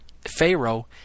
Pharaoh